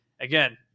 Again